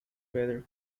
better